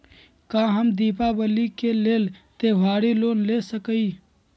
का हम दीपावली के लेल त्योहारी लोन ले सकई?